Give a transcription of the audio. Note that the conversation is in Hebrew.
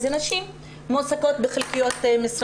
הנשים שמועסקות בחלקיות משרה,